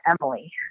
Emily